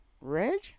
Reg